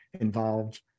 involved